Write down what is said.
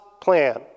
plan